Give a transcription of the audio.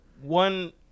one